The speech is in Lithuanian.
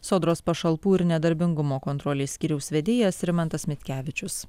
sodros pašalpų ir nedarbingumo kontrolės skyriaus vedėjas rimantas mitkevičius